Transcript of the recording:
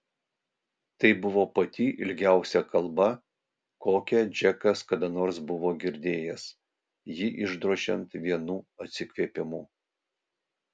tai buvo pati ilgiausia kalba kokią džekas kada nors buvo girdėjęs jį išdrožiant vienu atsikvėpimu